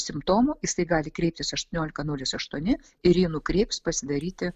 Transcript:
simptomų jisai gali kreiptis aštuoniolika nulis aštuoni ir jį nukreips pasidaryti